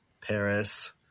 Paris